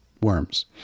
worms